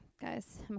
Guys